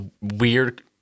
weird